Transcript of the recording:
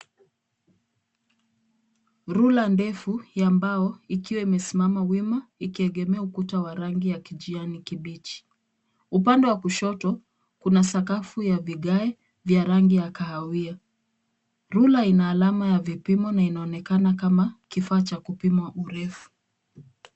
Ruler ndefu ya mbao ikiwa imesimama wima ikiegemea ukuta wa rangi ya kijani kibichi. Upande wa kushoto, kuna sakafu ya vigae vya rangi ya kahawia. Ruler ina alama ya vipimo na inaonekana kama kifaa cha kupima urefu.